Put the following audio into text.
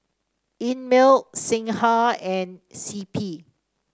Einmilk Singha and C P